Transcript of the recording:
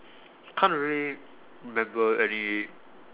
can't really remember any